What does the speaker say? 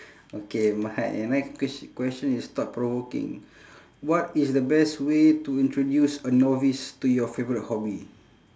okay my next quest~ question is thought provoking what is the best way to introduce a novice to your favourite hobby